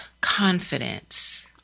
confidence